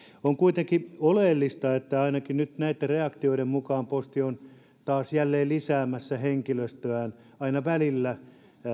on kuitenkin oleellista että ainakin nyt näitten reaktioiden mukaan posti on taas jälleen lisäämässä henkilöstöään aina välillä